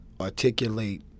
articulate